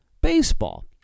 baseball